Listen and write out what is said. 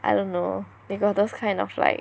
I don't know they got those kind of like